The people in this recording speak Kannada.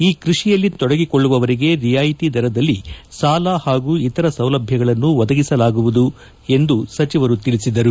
ಈ ಕೃಷಿಯಲ್ಲಿ ತೊಡಗಿಕೊಳ್ಳುವವರಿಗೆ ರಿಯಾಯಿತಿ ದರದಲ್ಲಿ ಸಾಲ ಹಾಗೂ ಇತರ ಸೌಲಭ್ಯಗಳನ್ನು ಒದಗಿಸಲಾಗುವುದು ಎಂದು ಸಚಿವರು ತಿಳಿಸಿದರು